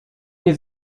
nie